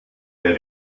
der